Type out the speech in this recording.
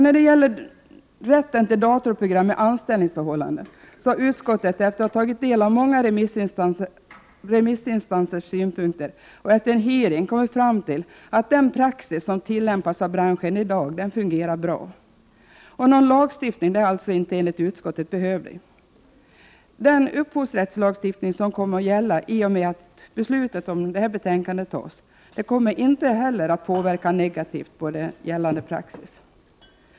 När det gäller rätten till datorprogram vid anställningsförhållanden har utskottet efter att ha tagit del av många remissinstansers synpunkter och efter en hearing kommit fram till att den praxis som tillämpas av branschen i dag fungerar bra. Någon lagstiftning är alltså inte enligt utskottet behövlig. Den upphovsrättslagstiftning som kommer att gälla i och med att beslutet om detta betänkande fattas kommer inte heller att inverka negativt på gällande praxis.